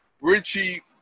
Richie